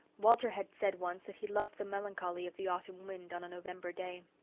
walter had said once that he loved the melancholy of the autumn wind on a november day.